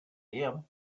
him